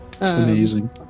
amazing